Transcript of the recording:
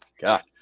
God